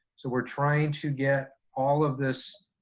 so we're trying to get all of this